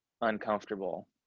uncomfortable